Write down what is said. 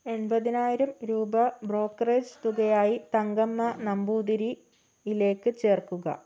എൺപതിനായിരം രൂപ ബ്രോക്കറേജ് തുകയായി തങ്കമ്മ നമ്പൂതിരിയിലേക്ക് ചേർക്കുക